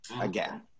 again